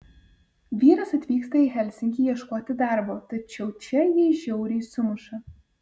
vyras atvyksta į helsinkį ieškoti darbo tačiau čia jį žiauriai sumuša